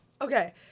Okay